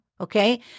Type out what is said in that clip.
okay